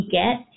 get